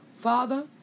Father